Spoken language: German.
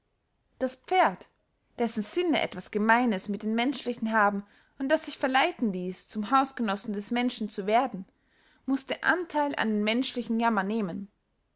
das pferd dessen sinne etwas gemeines mit den menschlichen haben und das sich verleiten ließ zum hausgenossen des menschen zu werden mußte antheil an den menschlichen jammer nehmen